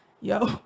yo